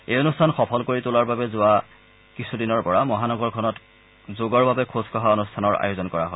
এই অনুষ্ঠান সফল কৰি তোলাৰ বাবে যোৱা কিছুদিনমানৰ পৰা চহৰখনত যোগৰ বাবে খোজকঢ়া অনুষ্ঠানৰ আয়োজন কৰা হয়